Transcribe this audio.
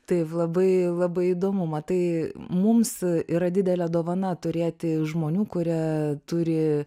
tai labai labai įdomu matai mums yra didelė dovana turėti žmonių kurie turi